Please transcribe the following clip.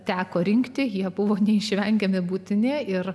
teko rinkti jie buvo neišvengiami būtini ir